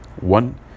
One